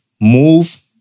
move